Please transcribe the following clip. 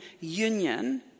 union